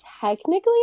technically